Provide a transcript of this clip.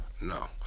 No